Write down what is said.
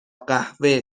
قهوه